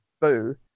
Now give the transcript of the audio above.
boo